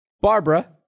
Barbara